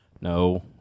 No